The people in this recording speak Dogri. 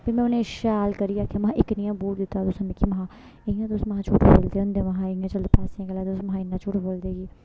फ्ही में उ'नें गी शैल करियै आखेआ महा एह् कनेहा बूट दित्ता तुसें मिकी महां इ'यां तुस महां झूठ बोलदे होंदे महां इ'यां चंद पैसे गल्ले महां इन्ना झूठ बोलदे कि